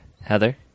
Heather